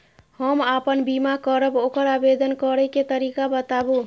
हम आपन बीमा करब ओकर आवेदन करै के तरीका बताबु?